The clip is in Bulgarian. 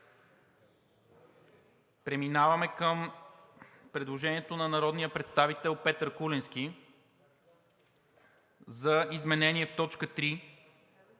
Преминаваме към предложението на народния представител Петър Куленски за изменение в т. 3,